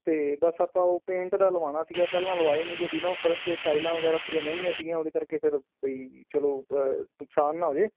ਅਤੇ ਬਸ ਆਪਾਂ ਉਹ ਪੇਂਟ ਦਾ ਲਗਵਾਉਣਾ ਸੀਗਾ ਪਹਿਲਾਂ ਲਗਵਾਏ ਨੀਗੇ ਵੀ ਨਾ ਉਹ ਫਰਸ਼ ਟਾਈਲਾਂ ਵਗੈਰਾ ਥੋੜ੍ਹੀਆਂ ਮਹਿੰਗੀਆਂ ਸੀਗੀਆਂ ਉਹਦੇ ਕਰਕੇ ਫਿਰ ਬਈ ਚਲੋ ਨੁਕਸਾਨ ਨਾ ਹੋ ਜਾਵੇ